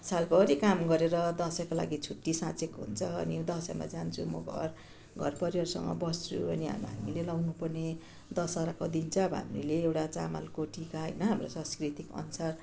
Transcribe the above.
सालभरि काम गरेर दसैँको लागि छुट्टी साँचेको हुन्छ अनि दसैँमा जान्छु म घर घरपरिवारसँग बस्छु अनि हामीले लगाउनुपर्ने दसहराको दिन चाहिँ अब हामीले एउटा चामलको टिका होइन हाम्रो सांस्कृतिक अनुसार